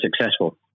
successful